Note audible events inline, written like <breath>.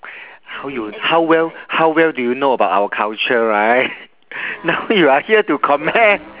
how you how well how well do you know about our culture right <breath> now you are here to comment